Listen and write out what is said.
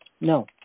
No